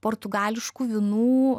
portugališkų vynų